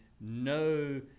no